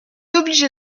obligé